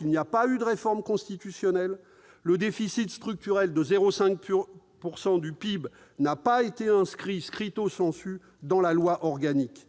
Il n'y a pas eu de réforme constitutionnelle, et le déficit structurel de 0,5 % du PIB n'a pas été inscrit,, dans la loi organique.